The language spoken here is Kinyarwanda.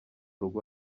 rugo